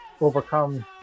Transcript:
overcome